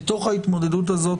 בתוך ההתמודדות הזאת,